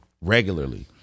regularly